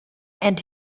and